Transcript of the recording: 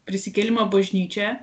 prisikėlimo bažnyčioje